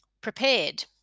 prepared